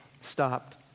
stopped